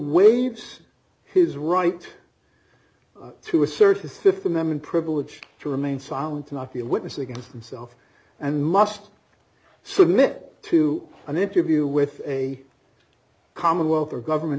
waived his right to assert his th amendment privilege to remain silent or not be a witness against himself and must submit to an interview with a commonwealth or government